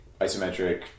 isometric